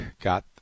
got